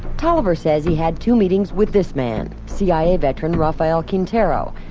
tolliver says he had two meetings with this man cia veteran raphael quintero.